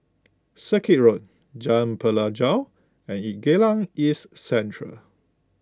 Circuit Road Jalan Pelajau and Geylang East Central